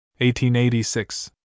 1886